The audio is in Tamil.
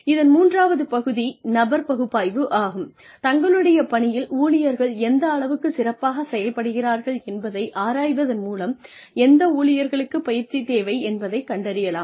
இதன் மூன்றாவது பகுதி நபர் பகுப்பாய்வு ஆகும் தங்களுடைய பணியில் ஊழியர்கள் எந்த அளவுக்கு சிறப்பாக செயல்படுகிறார்கள் என்பதை ஆராய்வதன் மூலம் எந்த ஊழியர்களுக்கு பயிற்சி தேவை என்பதை கண்டறியலாம்